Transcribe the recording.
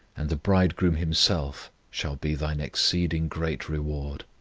and the bridegroom himself shall be thine exceeding great reward!